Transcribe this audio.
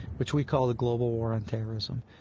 which we call the global war on terrorism.